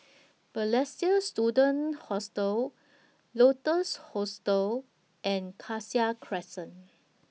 Balestier Student Hostel Lotus Hostel and Cassia Crescent